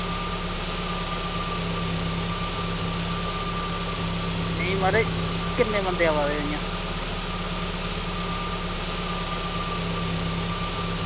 नेईं म्हाराज किन्ने बंदे आवा दे इंया